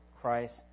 Christ